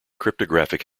cryptographic